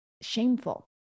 shameful